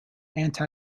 anti